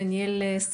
(בידוד בית והוראות שונות) (הוראת שעה) (תיקון מס' 33). ושוב אנחנו כאן.